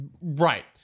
right